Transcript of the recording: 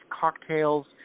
cocktails